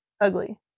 ugly